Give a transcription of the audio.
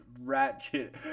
ratchet